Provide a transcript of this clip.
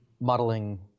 Modeling